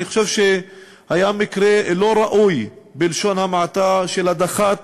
אני חושב שהיה מקרה לא ראוי, בלשון המעטה, של הדחת